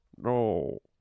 No